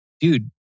dude